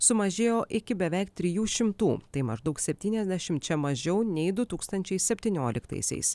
sumažėjo iki beveik trijų šimtų tai maždaug septyniasdešimčia mažiau nei du tūkstančiai septynioliktaisiais